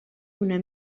una